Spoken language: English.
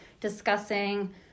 discussing